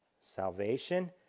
Salvation